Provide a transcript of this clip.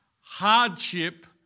hardship